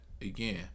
again